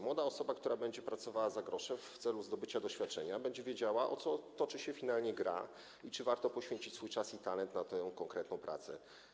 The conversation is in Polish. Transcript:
Młoda osoba, która będzie pracowała za grosze w celu zdobycia doświadczenia, będzie wiedziała, o co toczy się finalnie gra i czy warto poświęcić swój czas i talent na tę konkretną pracę.